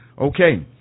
okay